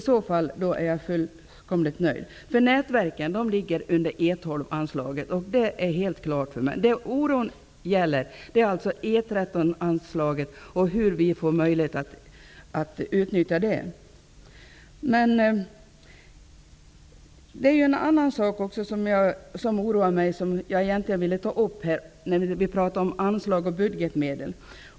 Om det är så, är jag fullkomligt nöjd. Nätverken ligger ju under E 12-anslaget. Det har jag helt klart för mig. Det oron gäller är hur E 13-anslaget kan få utnyttjas. Det är ytterligare något som oroar mig och som jag vill ta upp. Det talades om anslag och budgetmedel.